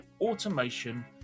automation